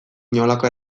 inolako